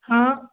हा